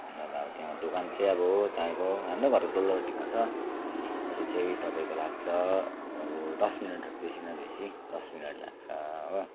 तर अब त्यहाँ दोकान चाहिँ अब तपाईँको हाम्रो घरको तल्लोपट्टिमा छ त्यो चाहिँ तपाईँको लाग्छ अब दस मिनट बेसी न बेसी दस मिनट लाग्छ हो